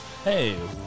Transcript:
Hey